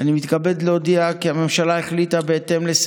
ולעיתים רבות גם הקצנה בעמדות